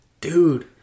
Dude